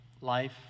Life